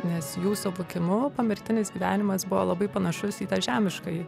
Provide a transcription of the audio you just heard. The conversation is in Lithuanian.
nes jų suvokimu pomirtinis gyvenimas buvo labai panašus į tą žemiškąjį